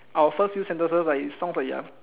our first few sentences like it sounds like ya